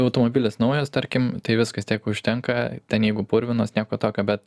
automobilis naujas tarkim tai viskas tiek užtenka ten jeigu purvinas nieko tokio bet